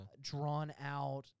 drawn-out